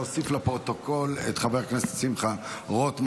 להוסיף לפרוטוקול את חבר הכנסת שמחה רוטמן,